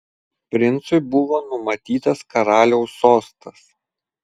princui buvo numatytas karaliaus sostas